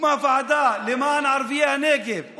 הוקמה ועדה למען ערביי הנגב,